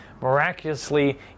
miraculously